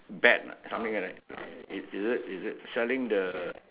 bat ah something like that is it is it selling the